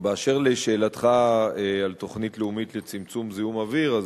באשר לשאלתך על תוכנית לאומית לצמצום זיהום אוויר,